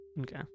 Okay